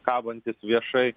kabantis viešai